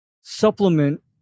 supplement